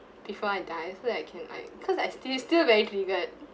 before I die so that can I because I still still very triggered